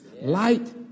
Light